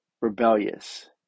rebellious